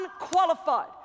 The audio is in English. unqualified